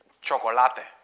chocolate